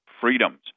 freedoms